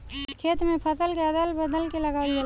खेत में फसल के अदल बदल के लगावल जाला